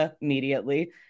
immediately